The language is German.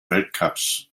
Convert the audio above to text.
weltcups